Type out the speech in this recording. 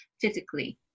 physically